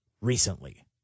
recently